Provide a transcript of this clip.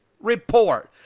report